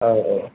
औ औ